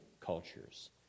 cultures